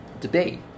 debate